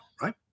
right